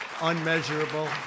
unmeasurable